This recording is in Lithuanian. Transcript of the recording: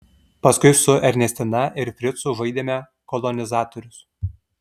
paskui su ernestina ir fricu žaidėme kolonizatorius